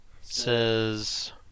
says